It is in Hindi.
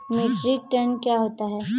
मीट्रिक टन क्या होता है?